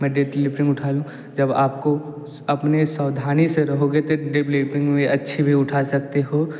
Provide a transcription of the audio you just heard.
मैं डेडलिफ्टिंग उठा लूँ जब आपको अपनी सावधानी से रहोगे तो डेडलिफ्टिंग भी अच्छी भी उठा सकते हो